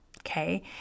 okay